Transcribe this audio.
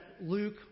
Luke